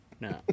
No